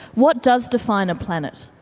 what does define a planet?